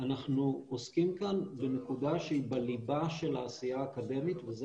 אנחנו עוסקים כאן בנקודה שהיא בליבה של העשייה האקדמית וזו